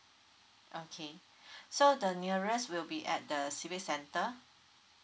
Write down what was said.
okay so the nearest will be at the civic centre